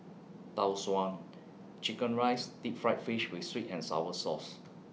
Tau Suan Chicken Rice Deep Fried Fish with Sweet and Sour Sauce